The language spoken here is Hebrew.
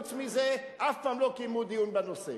חוץ מזה אף פעם לא קיימו דיון בנושא.